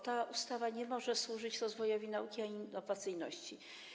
Ta ustawa nie może służyć rozwojowi nauki ani innowacyjności.